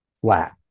flat